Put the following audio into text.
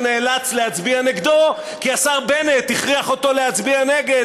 ונאלץ להצביע נגדו כי השר בנט הכריח אותו להצביע נגד,